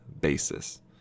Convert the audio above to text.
basis